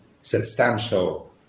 substantial